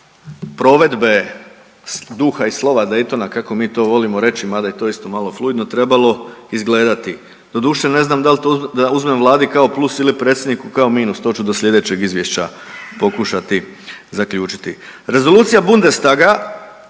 provedbe duha i slova Daytona kako mi to volimo reći mada je to isto malo fluidno, trebalo izgledati, doduše ne znam dal to da uzmem vladi kao plus ili predsjedniku kao minus, to ću do slijedećeg izvješća pokušati zaključiti. Rezolucija Bundestaga